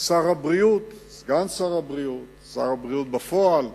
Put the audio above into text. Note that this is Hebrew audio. שר הבריאות, סגן שר הבריאות, שר הבריאות בפועל,